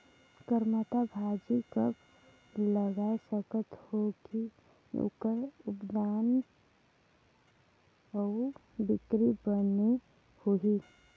करमत्ता भाजी कब लगाय सकत हो कि ओकर उत्पादन अउ बिक्री बने होही?